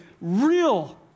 real